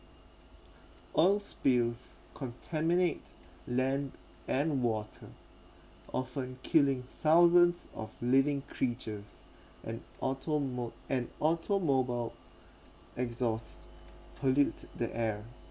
oil spills contaminate land and water often killing thousands of living creatures and auto mo~ and automobile exhaust pollute the air